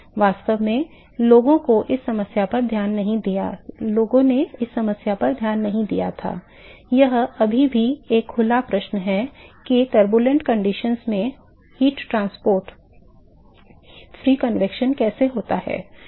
वास्तव में लोगों ने इस समस्या पर ध्यान नहीं दिया था यह अभी भी एक खुला प्रश्न है कि अशांत परिस्थितियों में ऊष्मा परिवहन मुक्त संवहन कैसे होता है